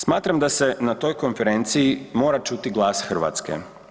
Smatram da se na toj konferenciji mora čuti glas Hrvatske.